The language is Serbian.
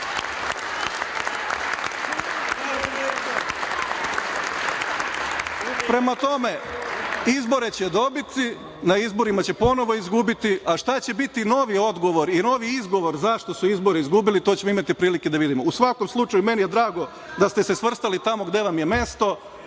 tome, izbore će dobiti. Na izborima će ponovo izgubiti, a šta će biti novi odgovor i novi izgovor zašto su izbore izgubili, to ćemo imati prilike da vidimo.U svakom slučaju, meni je drago da ste se svrstali tamo gde vam je mesto,